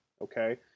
Okay